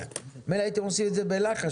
צריכים לתת קריטריונים לעניין הסוכר,